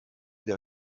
der